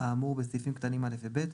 האמור הסעיפים קטנים א' ו-ב',